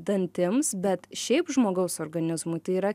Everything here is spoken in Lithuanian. dantims bet šiaip žmogaus organizmui tai yra